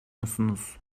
musunuz